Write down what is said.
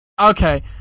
Okay